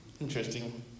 interesting